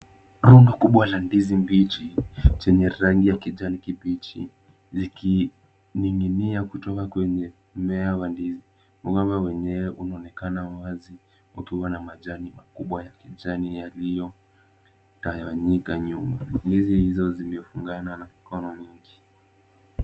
Rundo kubwa la ndizi mbichi ,zenye rangi ya kijani kibichi likining'inia kutoka kwenye mmea wa ndizi ,mgomba wenyewe unaonekana wazi ukiwa na majani makubwa ya kijani yaliyotawanyika nyuma, ndizi hizo zimefungana na kukomaa .